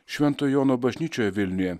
švento jono bažnyčioje vilniuje